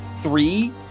three